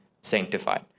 sanctified